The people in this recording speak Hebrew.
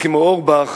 כמו אורבך,